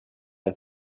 ein